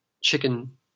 chicken